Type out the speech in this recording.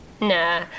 Nah